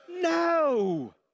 No